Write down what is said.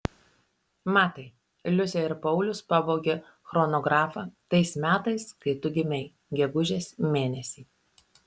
matai liusė ir paulius pavogė chronografą tais metais kai tu gimei gegužės mėnesį